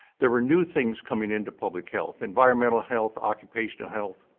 there were new things coming into public health environmental health, occupational health,